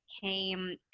came